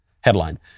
Headline